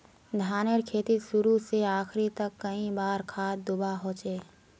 धानेर खेतीत शुरू से आखरी तक कई बार खाद दुबा होचए?